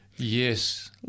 Yes